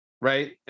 right